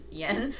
yen